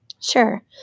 Sure